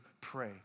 pray